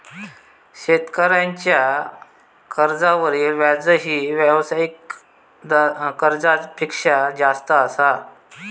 शेतकऱ्यांच्या कर्जावरील व्याजही व्यावसायिक कर्जापेक्षा जास्त असा